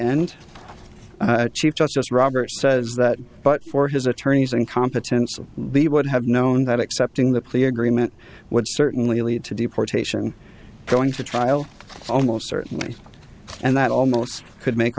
end chief justice roberts says that but for his attorneys incompetence of the would have known that accepting the plea agreement would certainly lead to deportation going to trial almost certainly and that almost could make